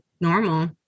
normal